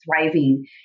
thriving